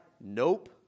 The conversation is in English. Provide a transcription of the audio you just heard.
nope